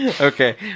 Okay